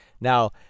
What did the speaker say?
Now